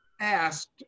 asked